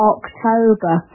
October